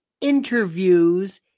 interviews